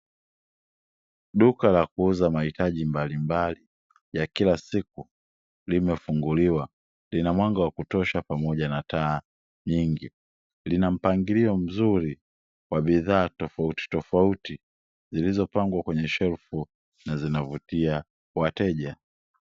Duka la kuuza mahitaji mbalimbali ya kila siku limefunguliwa lina mwanga wa kutosha pamoja na taa nyingi. Lina mpangilio mzuri wa bidhaa tofautitofauti zilizopangwa kwenye shelfu na zinavutia wateja